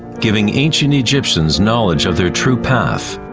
giving ancient egyptians knowledge of their true path.